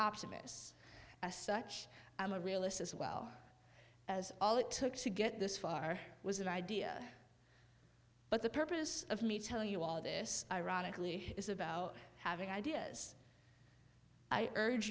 optimist as such i'm a realist as well as all it took to get this far was an idea but the purpose of me telling you all this ironically is about having ideas i urge